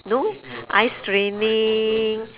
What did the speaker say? no eye straining